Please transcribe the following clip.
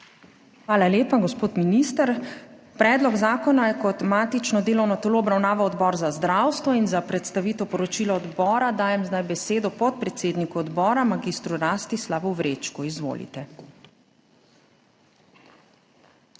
Hvala lepa, gospod minister. Predlog zakona je kot matično delovno telo obravnaval Odbor za zdravstvo in za predstavitev poročila odbora dajem zdaj besedo podpredsedniku odbora, mag. Rastislavu Vrečku. 3.